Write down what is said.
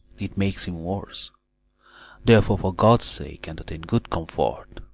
it makes him worse therefore, for god's sake, entertain good comfort,